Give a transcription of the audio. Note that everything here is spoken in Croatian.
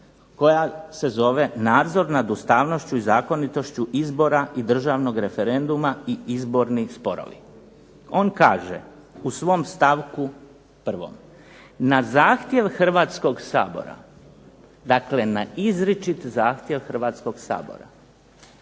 koja se zove Nadzor nad ustavnošću i zakonitošću izbora i državnog referenduma i izborni sporovi. On kaže u svom stavku 1. - na zahtjev Hrvatskog sabora, dakle na izričit zahtjev Hrvatskog sabora,